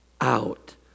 out